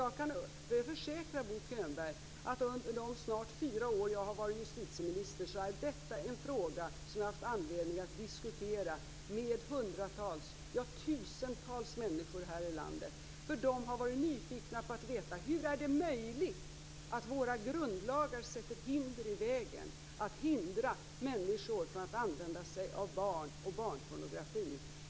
Jag kan försäkra Bo Könberg att under de snart fyra år jag har varit justitieminister är detta en fråga som jag har haft anledning att diskutera med hundratals, ja tusentals, människor här i landet. De har varit nyfikna på att veta: Hur är det möjligt att våra grundlagar sätter hinder i vägen när det gäller att förhindra att människor använder sig av barn och barnpornografi.